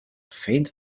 faint